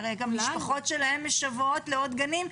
הרי גם המשפחות שלהם משוועות לעוד גנים.